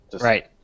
Right